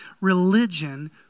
Religion